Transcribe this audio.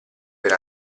per